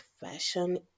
fashion